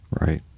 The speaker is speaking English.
Right